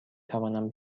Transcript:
توانم